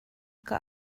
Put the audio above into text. kan